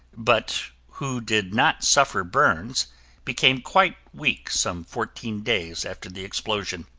but who did not suffer burns became quite weak some fourteen days after the explosion.